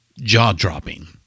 jaw-dropping